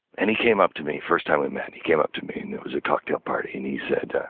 and he came up to me first time we met, he came up to me and it was a cocktail party and he said, yeah